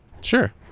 Sure